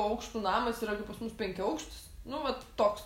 aukštų namas yra kaip pas mus penkiaaukštis nu vat toks